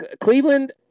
Cleveland